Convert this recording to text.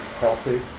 healthy